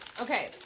Okay